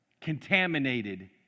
contaminated